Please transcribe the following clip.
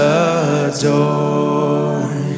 adore